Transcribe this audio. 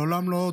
"לעולם לא עוד",